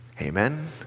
Amen